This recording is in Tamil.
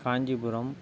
காஞ்சிபுரம்